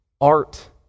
art